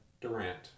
Durant